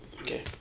Okay